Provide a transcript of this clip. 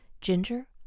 ginger